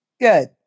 Good